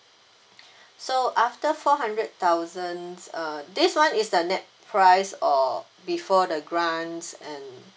so after four hundred thousands uh this [one] is the net price or before the grants and